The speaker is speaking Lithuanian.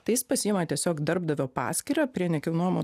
tai jis pasiima tiesiog darbdavio paskyrą prie nekilnojamo